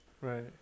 Right